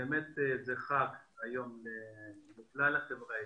אכן זה היום חג לכלל החברה הישראלית.